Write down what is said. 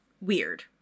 weird